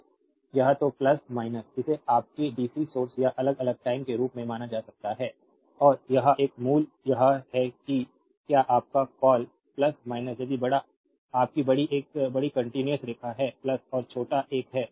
तो या तो इसे आपके डीसी सोर्स या अलग अलग टाइम के रूप में माना जा सकता है और यह एक मूल्य यह है कि एक आपका क्या कॉल यदि बड़ा आपकी बड़ी एक बड़ी कंटीन्यूअस रेखा है और छोटा एक है